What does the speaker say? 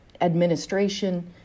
administration